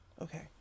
Okay